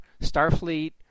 Starfleet